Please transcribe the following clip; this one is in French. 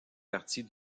partie